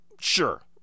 Sure